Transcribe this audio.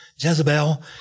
Jezebel